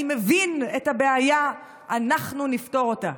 אני מבין את הבעיה, אנחנו נפתור אותה"